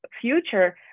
future